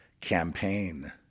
campaign